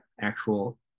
actual